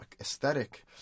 aesthetic